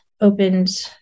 opened